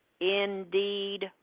indeed